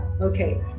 okay